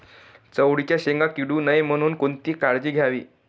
चवळीच्या शेंगा किडू नये म्हणून कोणती काळजी घ्यावी लागते?